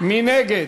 מי נגד?